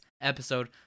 episode